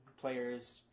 players